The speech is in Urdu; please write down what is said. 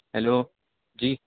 ہیلو جی